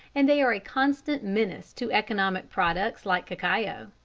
and they are a constant menace to economic products like cacao.